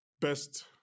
Best